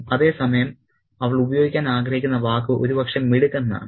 അതേസമയം അവൾ ഉപയോഗിക്കാൻ ആഗ്രഹിക്കുന്ന വാക്ക് ഒരുപക്ഷേ മിടുക്ക് എന്നാണ്